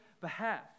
behalf